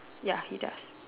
ya he does